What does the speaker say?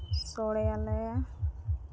ᱥᱳᱲᱮᱭᱟᱞᱮ